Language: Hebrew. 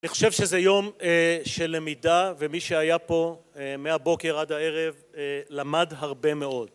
אני חושב שזה יום של למידה, ומי שהיה פה מהבוקר עד הערב למד הרבה מאוד.